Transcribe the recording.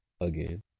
Again